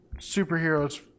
superheroes